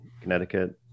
Connecticut